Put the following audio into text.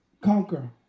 conquer